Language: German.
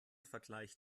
vergleich